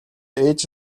ээж